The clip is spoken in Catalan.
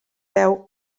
peu